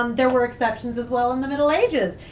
um there were exceptions as well in the middle ages.